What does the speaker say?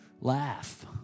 Laugh